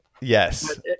Yes